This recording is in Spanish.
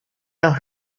los